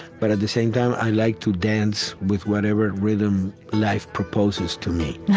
but at the same time, i like to dance with whatever rhythm life proposes to me